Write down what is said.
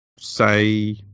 say